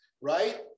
right